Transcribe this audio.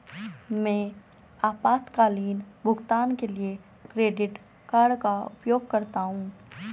मैं आपातकालीन भुगतान के लिए क्रेडिट कार्ड का उपयोग करता हूं